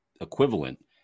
equivalent